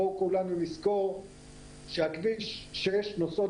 בואו כולנו נזכור שעל כביש 6 נוסעות